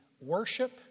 worship